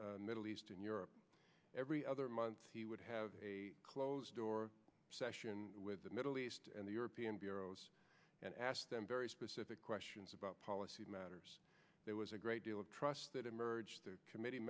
middle eastern europe every other month he would have a closed door session with the middle east and the european bureaus and ask them very specific questions about policy matters there was a great deal of trust that emerged the committee